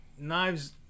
knives